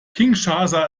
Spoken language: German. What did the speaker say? kinshasa